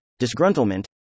disgruntlement